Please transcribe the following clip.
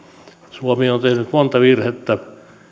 suomi on tehnyt monta virhettä